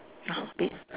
ah be~